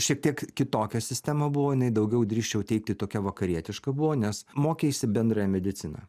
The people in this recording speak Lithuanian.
šiek tiek kitokia sistema buvo jinai daugiau drįsčiau teigti tokia vakarietiška buvo nes mokeisi bendrąją mediciną